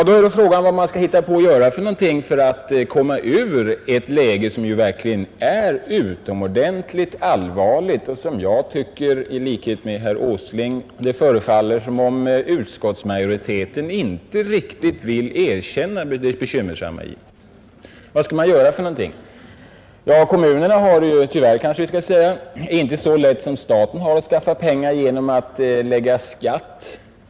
Då är det fråga om vad man kan hitta på att göra för att komma ur ett läge som verkligen är utomordentligt allvarligt och som jag i likhet med herr Åsling tycker att utskottsmajoriteten inte riktigt vill erkänna det bekymmersamma i. Vad skall man göra? Kommunerna har — tyvärr, kanske vi skall säga — inte så lätt som staten att skaffa pengar genom att lägga på skatter.